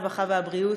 הרווחה והבריאות,